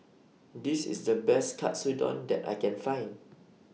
This IS The Best Katsudon that I Can Find